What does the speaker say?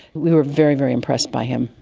we were very, very impressed by him.